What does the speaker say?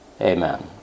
amen